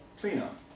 cleanup